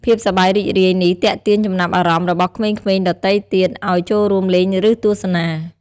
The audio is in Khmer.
ភាពសប្បាយរីករាយនេះទាក់ទាញចំណាប់អារម្មណ៍របស់ក្មេងៗដទៃទៀតឱ្យចូលរួមលេង ឬទស្សនា។